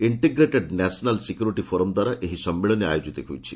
ଇଷ୍ଟିଗ୍ରେଟେଡ୍ national security forum ଦ୍ୱାରା ଏହି ସମ୍ମିଳନୀ ଆୟୋଜିତ ହେଉଛି